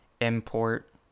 import